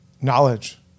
Knowledge